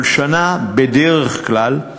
כל שנה בדרך כלל,